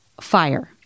fire